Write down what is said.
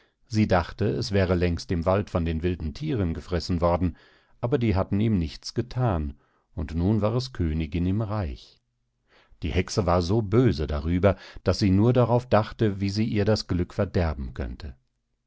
sie dachte es wäre längst im wald von den wilden thieren gefressen worden aber die hatten ihm nichts gethan und nun war es königin im reich die hexe war so böse darüber daß sie nur darauf dachte wie sie ihr das glück verderben könnte